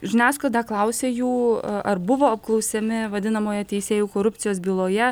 žiniasklaida klausė jų ar buvo apklausiami vadinamojoje teisėjų korupcijos byloje